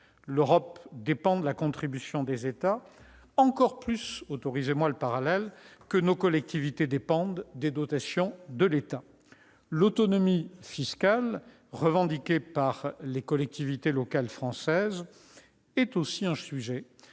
L'Europe dépend de la contribution des États plus encore que nos collectivités ne dépendent des dotations de l'État. L'autonomie fiscale revendiquée par les collectivités locales françaises est aussi un sujet